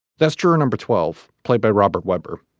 that's juror number twelve, played by robert webber.